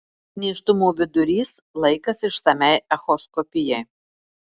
nėštumo vidurys laikas išsamiai echoskopijai